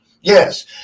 Yes